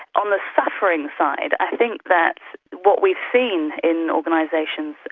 on the suffering side, i think that what we've seen in organisations.